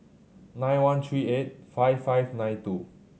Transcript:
nine one three eight five five two nine